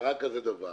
שקרה דבר כזה,